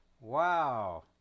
Wow